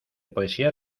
poesías